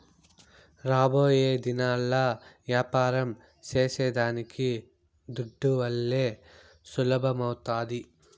రాబోయేదినాల్ల యాపారం సేసేదానికి దుడ్డువల్లే సులభమౌతాది